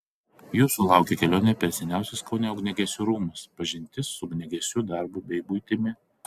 jūsų laukia kelionė per seniausius kaune ugniagesių rūmus pažintis su ugniagesiu darbu bei buitimi